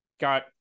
got